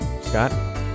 Scott